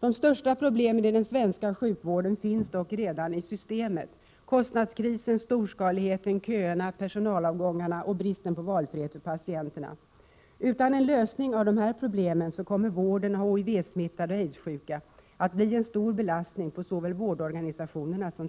De största problemen i den svenska sjukvården finns dock redan i systemet: kostnadskrisen, storskaligheten, köerna, personalavgångarna och bristen på valfrihet för patienterna. Utan en lösning av dessa problem kommer vården av HIV-smittade och aidssjuka att bli en stor belastning på såväl vårdorganisationerna som